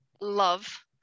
love